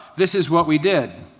this is what we did.